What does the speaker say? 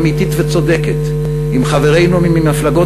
אמיתית וצודקת אם חברינו מן המפלגות